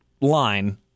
line